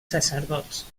sacerdots